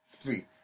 Three